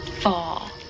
fall